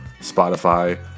Spotify